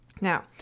Now